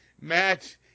match